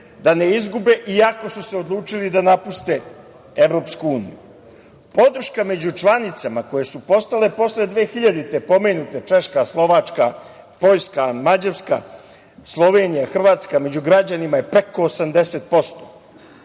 da ne izgube iako su se odlučili da napuste EU.Podrška među članicama koje su postale posle 2000. godine, pomenuta Češka, Slovačka, Poljska, Mađarska, Slovenija, Hrvatska, među građanima je preko 80%.